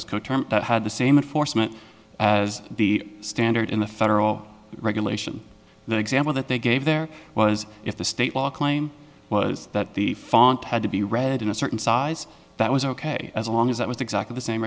terms that had the same unfortunate as the standard in the federal regulation the example that they gave there was if the state law claim was that the font had to be read in a certain size that was ok as long as that was exactly the same